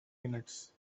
minutes